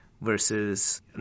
versus